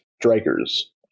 Strikers